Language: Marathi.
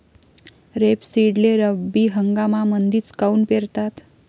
रेपसीडले रब्बी हंगामामंदीच काऊन पेरतात?